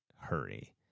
hurry